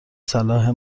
صلاح